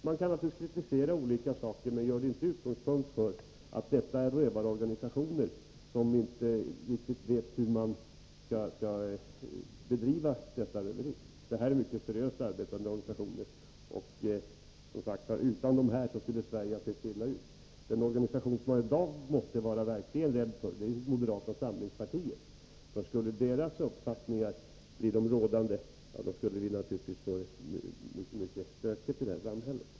Man kan naturligtvis kritisera olika saker, men gör det inte med utgångspunkt i att detta är någon sorts rövarorganisationer, som inte riktigt vet hur de skall bedriva detta röveri. Det gäller mycket seriöst arbetande organisationer, och utan dem skulle Sverige som sagt ha sett illa ut. Den organisation som man i dag verkligen måste vara rädd för är moderata samlingspartiet, för skulle dess uppfattningar bli de rådande, ja, då skulle vi få det mycket stökigt i det här samhället.